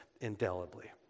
indelibly